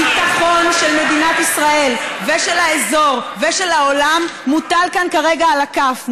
הביטחון של מדינת ישראל ושל האזור ושל העולם מוטל כאן כרגע על הכף.